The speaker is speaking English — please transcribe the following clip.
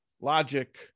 logic